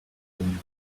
when